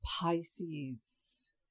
Pisces